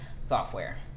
software